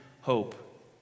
hope